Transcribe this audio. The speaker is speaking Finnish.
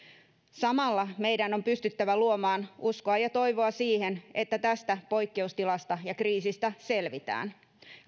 samalla meidän on pystyttävä luomaan uskoa ja toivoa siihen että tästä poikkeustilasta ja kriisistä selvitään